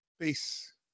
peace